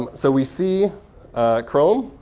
um so we see chrome.